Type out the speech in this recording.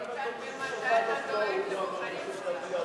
גם, ממתי אתה דואג לבוחרים שלך?